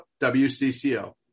WCCO